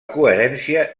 coherència